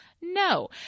No